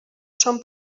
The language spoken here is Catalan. són